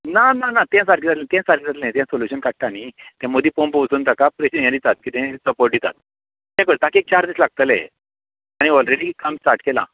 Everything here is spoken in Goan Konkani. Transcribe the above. ना ना ना तें सारकें जातलें तें सारकें जातलें तें सोल्यूशन काडटा न्हय तें मदीं पंप वचून ताका ये दितात किदें सपोर्ट दितात किदेय कर ताका एक चार दीस लागतलें आनी ओलरेडी काम स्टार्ट केलां